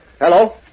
Hello